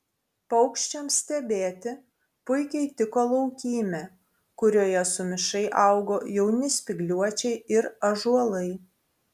paukščiams stebėti puikiai tiko laukymė kurioje sumišai augo jauni spygliuočiai ir ąžuolai